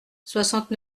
soixante